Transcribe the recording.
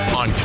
on